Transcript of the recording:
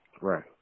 Right